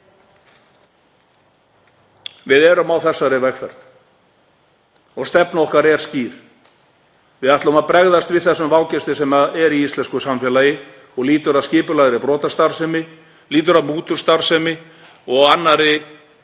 Við erum á þessari vegferð og stefna okkar er skýr. Við ætlum að bregðast við þessum vágesti sem er í íslensku samfélagi og lýtur að skipulagðri brotastarfsemi, lýtur að mútustarfsemi og öðru slíku,